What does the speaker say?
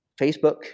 Facebook